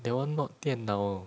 that one not 电脑